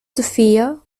sophia